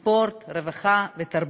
ספורט, רווחה ותרבות.